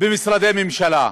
במשרדי הממשלה.